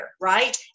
right